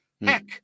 heck